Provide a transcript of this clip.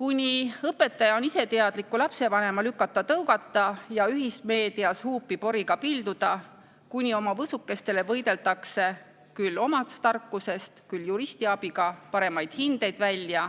Kui õpetaja on iseteadliku lapsevanema lükata-tõugata ja ühismeedias huupi poriga pilduda, kui oma võsukestele võideldakse küll omast tarkusest, küll juristi abiga paremaid hindeid välja,